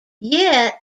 yet